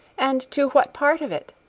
and to what part of it?